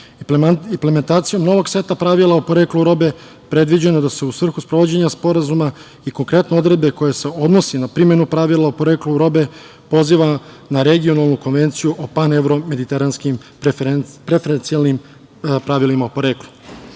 Srbije. Implementacijom novog seta pravila o poreklu robe, predviđeno je da se u svrhu sprovođenja sporazuma i konkretno odredbe koje se odnosi na primenu pravila o poreklu robe poziva na regionalnu Konvenciju o pan-evro-mediteranskim preferencijalnim pravilima porekla. Takođe,